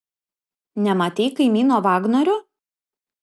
nematei kaimyno vagnorio